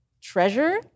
Treasure